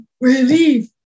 relief